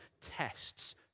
tests